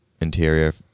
interior